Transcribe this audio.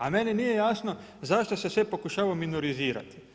A meni nije jasno, zašto se sve pokušava minorizirati.